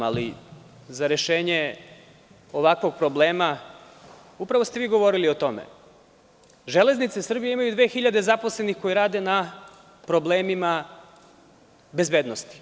Ali, za rešenje ovakvog problema – upravo ste vi govorili o tome, Železnice Srbije imaju 2.000 zaposlenih koji rade na problemima bezbednosti.